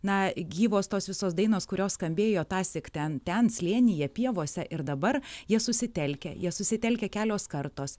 na gyvos tos visos dainos kurios skambėjo tąsyk ten ten slėnyje pievose ir dabar jie susitelkę jie susitelkę kelios kartos